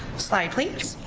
slide please.